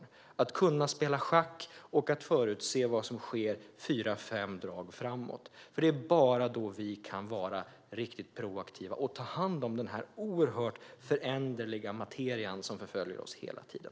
Det handlar om att kunna spela schack och förutse vad som sker fyra fem drag framåt, för det är bara då vi kan vara riktigt proaktiva och ta hand om den här oerhört föränderliga materian som förföljer oss hela tiden.